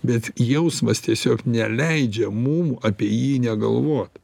bet jausmas tiesiog neleidžia mum apie jį negalvot